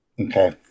Okay